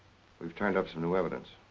we've turned up some new evidence.